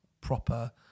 proper